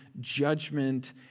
judgment